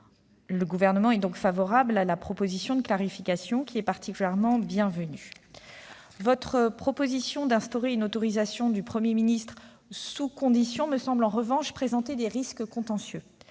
Le Gouvernement est donc favorable à cette proposition de clarification, qui est particulièrement bienvenue. La proposition d'instaurer une autorisation du Premier ministre sous condition me semble en revanche présenter des risques contentieux.